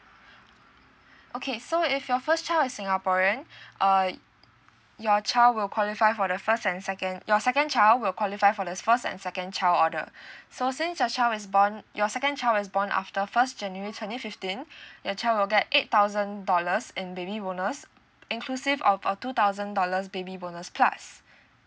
okay so if your first child is singaporean uh your child will qualify for the first and second your second child will qualify for this first and second child order so since your child is born your second child is born after first january twenty fifteen your child will get eight thousand dollars in baby bonus inclusive of a two thousand dollars baby bonus plus